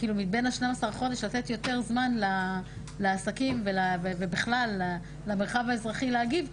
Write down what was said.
מבין 12 החודשים לעסקים ובכלל למרחב האזרחי להגיב.